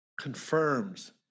confirms